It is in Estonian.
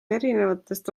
erinevatest